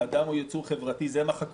הוא שהאדם הוא יצור חברתי - את זה הם מחקו.